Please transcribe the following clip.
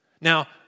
Now